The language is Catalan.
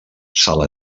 sala